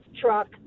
truck